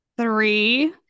three